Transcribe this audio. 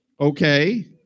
okay